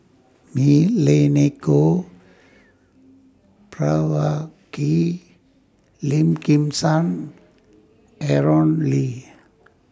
Milenko Prvacki Lim Kim San Aaron Lee